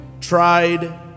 Tried